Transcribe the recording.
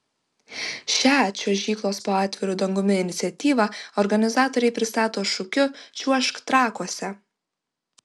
šią čiuožyklos po atviru dangumi iniciatyvą organizatoriai pristato šūkiu čiuožk trakuose